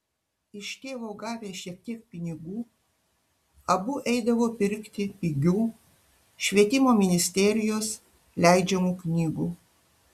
iš tėvo gavę šiek tiek pinigų abu eidavo pirkti pigių švietimo ministerijos leidžiamų knygų